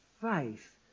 faith